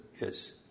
yes